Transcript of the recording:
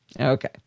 Okay